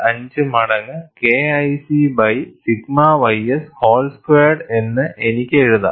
5 മടങ്ങ് KIC by sigma ys whole squared എന്ന് എനിക്ക് എഴുതാം